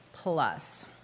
plus